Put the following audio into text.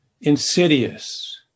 insidious